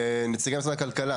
נציגי משרד הכלכלה,